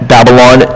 Babylon